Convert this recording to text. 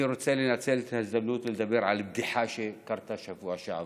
אני רוצה לנצל את ההזדמנות ולדבר על בדיחה שקרתה בשבוע שעבר.